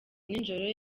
nijoro